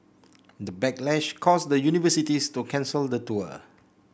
the backlash caused the universities to cancel the tour